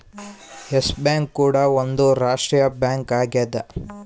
S bank ಕೂಡ ಒಂದ್ ರಾಷ್ಟ್ರೀಯ ಬ್ಯಾಂಕ್ ಆಗ್ಯದ